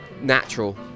Natural